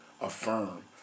Affirm